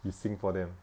you sing for them